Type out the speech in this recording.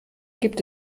gibt